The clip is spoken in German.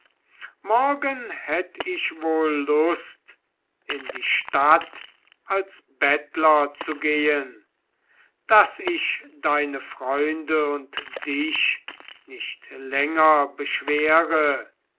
morgen hätt ich wohl lust in die stadt als bettler zu gehen daß ich deine freunde und dich nicht länger beschwere